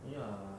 ya